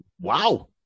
Wow